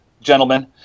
gentlemen